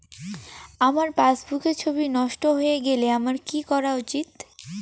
আমার পাসবুকের ছবি নষ্ট হয়ে গেলে আমার কী করা উচিৎ?